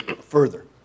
further